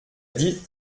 dit